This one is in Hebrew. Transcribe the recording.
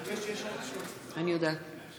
ההצבעה בנושא הקמת הוועדה המיוחדת להיערכות מערכת החינוך,